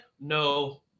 No